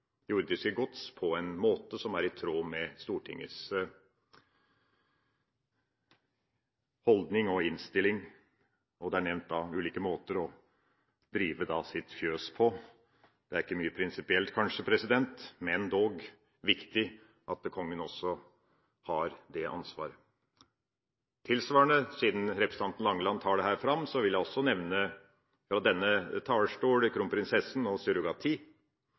på en måte som er i tråd med Stortingets holdning og innstilling, og det er nevnt ulike måter å drive sitt fjøs på. Det er ikke mye prinsipielt kanskje, president, men dog viktig at kongen også har det ansvaret. Tilsvarende, siden representanten Langeland tar det fram, vil jeg også nevne fra denne talerstol kronprinsessen og surrogati.